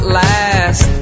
last